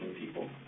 people